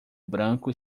branco